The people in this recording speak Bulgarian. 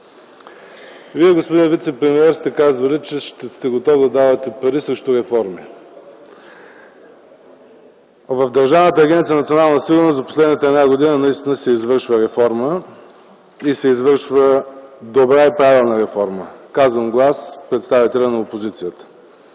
Вие, господин вицепремиер, сте казвали, че сте готов да давате пари срещу реформи. В Държавната агенция „Национална сигурност” за последната една година наистина се извършва реформа, извършва се добра и правилна реформа. Казвам го аз, представителят на опозицията.